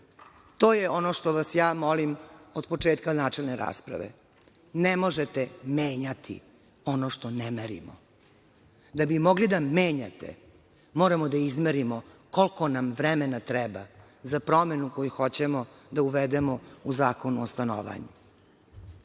To je ono što vas ja molim od početka načelne rasprave, ne možete menjati ono što ne merimo. Da bi mogli da menjate moramo da izmerimo koliko nam vremena treba za promenu koju hoćemo da uvedemo u Zakonu o stanovanju.